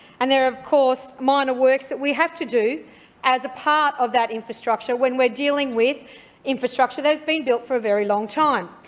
and there are of course minor works that we have to do as a part of that infrastructure when we're dealing with infrastructure that has been built for a very long time.